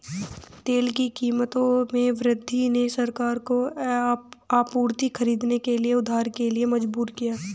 तेल की कीमतों में वृद्धि ने सरकारों को आपूर्ति खरीदने के लिए उधार के लिए मजबूर किया